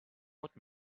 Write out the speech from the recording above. what